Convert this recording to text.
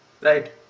Right